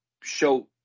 Show